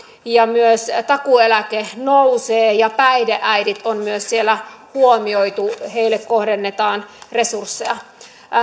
myös takuueläke nousee ja päihdeäidit on myös huomioitu heille kohdennetaan resursseja